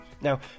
Now